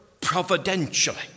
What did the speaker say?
providentially